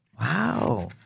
Wow